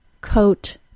coat